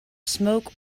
smoke